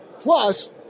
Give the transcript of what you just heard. Plus